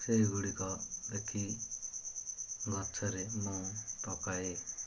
ସେଇଗୁଡ଼ିକ ଦେଖି ଗଛରେ ମୁଁ ପକାଏ